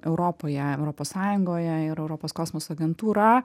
europoje europos sąjungoje ir europos kosmoso agentūra